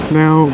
now